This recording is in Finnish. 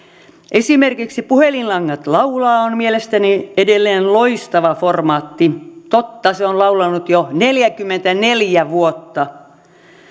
esimerkiksi puhelinlangat laulaa on mielestäni edelleen loistava formaatti totta se on laulanut jo neljäkymmentäneljä vuotta